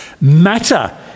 matter